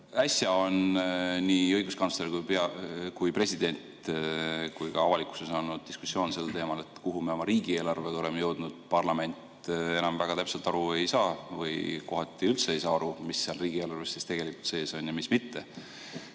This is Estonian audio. Äsja on nii õiguskantsler kui ka president öelnud ning avalikkuses on olnud diskussioon sel teemal, kuhu me oma riigieelarvega oleme jõudnud. Parlament enam väga täpselt aru ei saa või kohati üldse ei saa aru, mis seal riigieelarves siis tegelikult sees on ja mis mitte.